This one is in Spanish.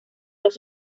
los